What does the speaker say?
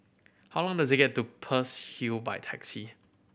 how long does it get to Peirce Hill by taxi